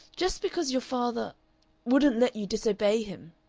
just because your father wouldn't let you disobey him!